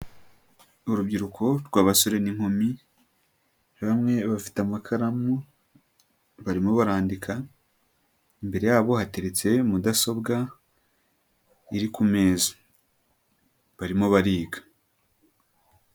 Urubyiruko rw'abasore n'inkumi, bamwe bafite amakaramu barimo barandika. Imbere yabo hateretse mudasobwa iri ku meza. Barimo bariga.